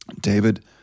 David